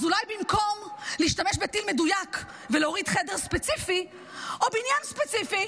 אז אולי במקום להשתמש בטיל מדויק ולהוריד חדר ספציפי או בניין ספציפי,